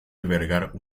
albergar